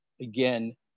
again